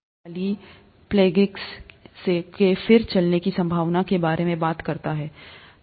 यह क्वाड्रिप्लेगिक्स के फिर चलने की संभावना के बारे में बात करता है